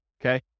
okay